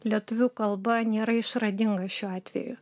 lietuvių kalba nėra išradinga šiuo atveju